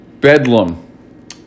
Bedlam